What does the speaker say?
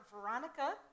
Veronica